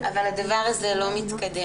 אבל הדבר זה לא מתקדם.